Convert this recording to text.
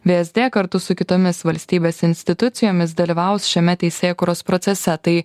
vsd kartu su kitomis valstybės institucijomis dalyvaus šiame teisėkūros procese tai